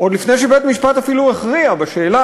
עוד לפני שבית-משפט אפילו הכריע בשאלה